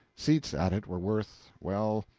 seats at it were worth well,